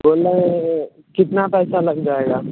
दोनों वह कितना पैसा लग जाएगा